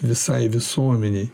visai visuomenei